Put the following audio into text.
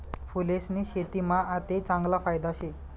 फूलेस्नी शेतीमा आते चांगला फायदा शे